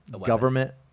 government